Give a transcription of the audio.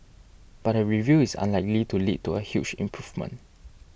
but the review is unlikely to lead to a huge improvement